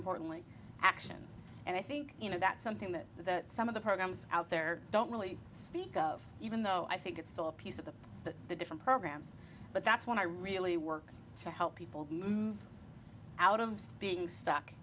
importantly action and i think you know that's something that that some of the programs out there don't really speak of even though i think it's still a piece of them but the different programs but that's when i really work to help people move out of being stuck